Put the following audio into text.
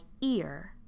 ear